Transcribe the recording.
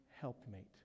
helpmate